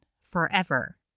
forever